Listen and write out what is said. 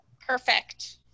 Perfect